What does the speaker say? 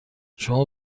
شما